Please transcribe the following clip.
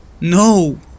No